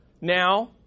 now